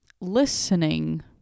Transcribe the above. listening